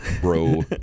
Bro